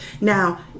Now